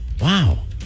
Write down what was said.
Wow